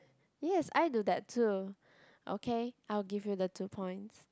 yes I do that too okay I'll give you the two points